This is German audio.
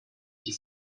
die